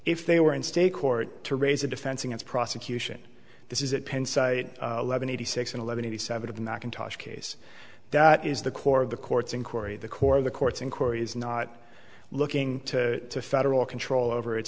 if they were in state court to raise a defense against prosecution this is it penn site eleven eighty six and eleven eighty seven of the macintosh case that is the core of the court's in corrie the core of the court's inquiries not looking to federal control over it